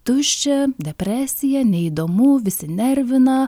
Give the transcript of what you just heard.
tuščia depresija neįdomu visi nervina